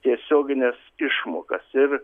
tiesiogines išmokas ir